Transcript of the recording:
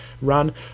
run